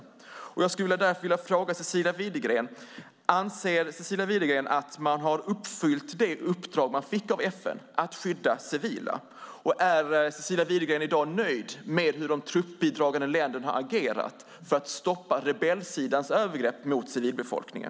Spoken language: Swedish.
Jag skulle därför vilja fråga Cecilia Widegren: Anser Cecilia Widegren att man har uppfyllt det uppdrag man fick av FN, att skydda civila? Och är Cecilia Widegren i dag nöjd med hur de truppbidragande länderna har agerat för att stoppa rebellsidans övergrepp mot civilbefolkningen?